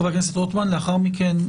חבר הכנסת רוטמן ולאחר מכן,